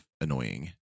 annoying